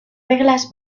reglas